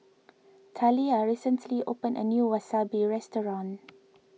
Talia recently opened a new Wasabi restaurant